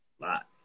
lot